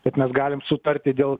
kad mes galim sutarti dėl